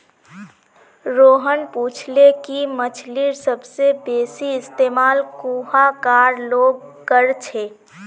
रोहन पूछले कि मछ्लीर सबसे बेसि इस्तमाल कुहाँ कार लोग कर छे